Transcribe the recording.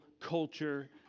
culture